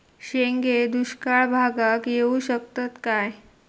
शेंगे दुष्काळ भागाक येऊ शकतत काय?